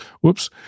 Whoops